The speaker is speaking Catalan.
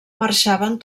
marxaven